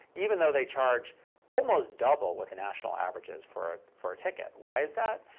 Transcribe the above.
even though they charge almost double what the national average is for for a ticket. why is that?